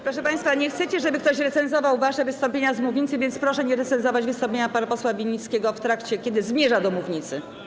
Proszę państwa, nie chcecie, żeby ktoś recenzował wasze wystąpienia z mównicy, więc proszę nie recenzować wystąpienia pana posła Winnickiego, kiedy zmierza do mównicy.